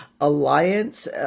Alliance